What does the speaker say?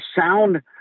sound